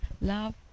love